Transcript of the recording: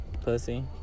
Pussy